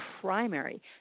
primary